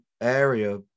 area